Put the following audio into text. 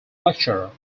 lecturer